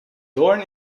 doorn